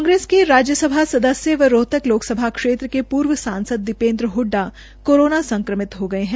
कांग्रेस के राज्यसभा सदस्य व रोहतक लोकसभा क्षेत्र के पूर्व सांसद दीपेन्द्र हड्डा कोरोना संक्रमित हो गये है